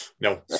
no